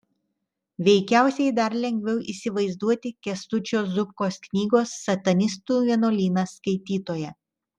veikiausiai dar lengviau įsivaizduoti kęstučio zubkos knygos satanistų vienuolynas skaitytoją